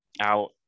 out